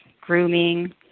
grooming